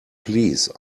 please